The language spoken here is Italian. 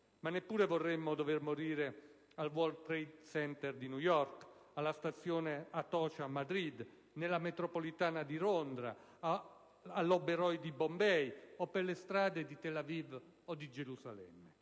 Ma neppure vorremmo dover morire al *World Trade Center* di New York, alla stazione Atocha di Madrid, nella metropolitana di Londra o all'hotel Oberoi di Bombay, o per le strade di Tel Aviv o di Gerusalemme.